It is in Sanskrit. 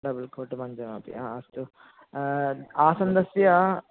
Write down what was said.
डबल् कोट् मञ्चमपि हा अस्तु आसन्दस्य